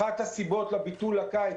אחת לסיבות לביטול המשלחות בקיץ,